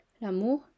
L'amour